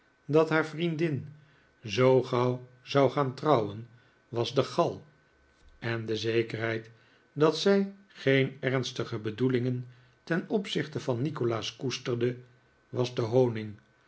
dat haar vriendin zoo gauw zou gaan trouwen was de gal en de zekerheid dat zij geen ernstige bedoelingen ten opzichte van nikolaas koesterde was de honing